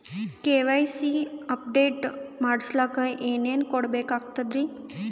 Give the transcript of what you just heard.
KYC update ಮಾಡಸ್ಲಕ ಏನೇನ ಕೊಡಬೇಕಾಗ್ತದ್ರಿ?